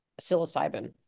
psilocybin